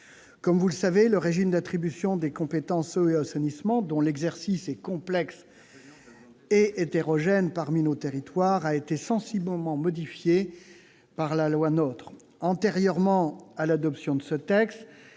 Comme vous le savez, le régime d'attribution des compétences « eau » et « assainissement », dont l'exercice est complexe et hétérogène dans les territoires, a été sensiblement modifié par la loi NOTRe. Antérieurement à l'adoption de ce texte,